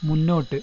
മുന്നോട്ട്